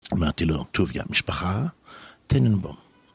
אמרתי לו, טוב יא משפחה, תן לנו.